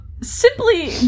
Simply